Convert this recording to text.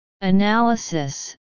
analysis